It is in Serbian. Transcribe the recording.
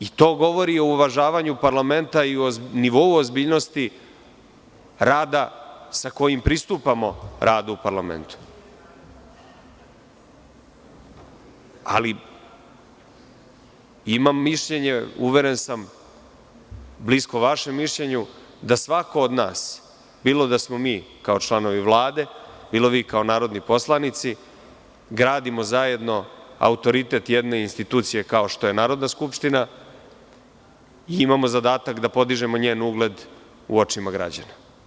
I to govori o uvažavanju parlamenta i o nivou ozbiljnosti rada sa kojim pristupamo radu u parlamentu, ali imam mišljenje, uveren sam, blisko vašem mišljenju, da svako od nas, bilo da smo mi kao članovi Vlade, ili vi kao narodni poslanici, gradimo zajedno autoritet jedne institucije kao što je Narodna skupština i imamo zadatak da podižemo njen ugled u očima građana.